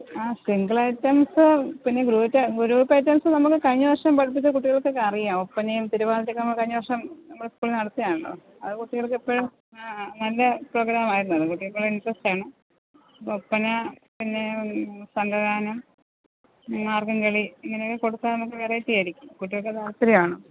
ആ single items പിന്നെ group group items നമ്മൾ കഴിഞ്ഞവർഷം പഠിച്ച കുട്ടികൾക്കൊക്കെ അറിയാം ഒപ്പനയും തിരുവാതിരയൊക്കെ നമ്മൾ കഴിഞ്ഞവർഷം നമ്മൾ സ്കൂളിൽനിന്ന് നടത്തിയതാണല്ലോ അത് കുട്ടികൾക്ക് ഇപ്പഴും ആ നല്ല പ്രോഗ്രാം ആയിരുന്നല്ലോ കുട്ടികൾക്ക് അത് ഇൻട്രെസ്റ്റ് ആണ് ഒപ്പന പിന്നെ സംഘഗാനം മാർഗംകളി ഇങ്ങനെ കൊടുത്താൽ നമുക്ക് വെറൈറ്റി ആയിരിക്കും കുട്ടികൾക്കത് താല്പര്യമാണ്